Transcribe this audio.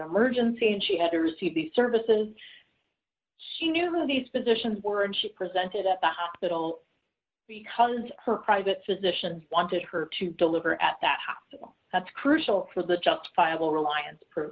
emergency and she had to receive the services she knew of these positions were and she presented at the hospital because her private physician wanted her to deliver at that hospital that's crucial for the justifiable reliance p